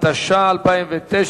התש"ע 2009,